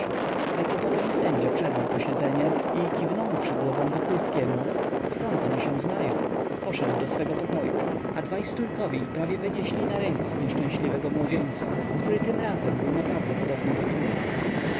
zakłopotany sędzia przerwał posiedzenie i kiwnąwszy głową wokulskiemu zkąd oni się znają poszedł do swego pokoju a dwaj stójkowi prawie wynieśli na rękach nieszczęśliwego młodzieńca który tym razem był naprawdę podobny do trupa